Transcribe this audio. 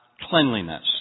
cleanliness